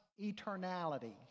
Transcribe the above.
eternality